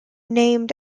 named